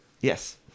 Yes